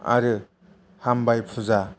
आरो हामबाय फुजा